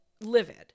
livid